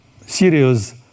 serious